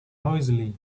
noisily